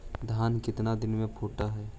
धान केतना दिन में फुट है?